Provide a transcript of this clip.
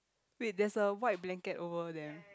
wait there's a white blanket over there